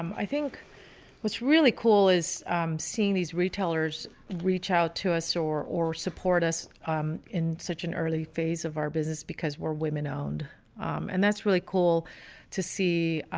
i think what's really cool is seeing these retailers reach out to us or or support us um in such an early phase of our business because we're women owned and that's really cool to see.